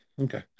okay